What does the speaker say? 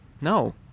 No